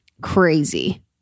crazy